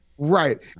Right